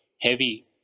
heavy